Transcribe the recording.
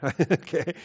okay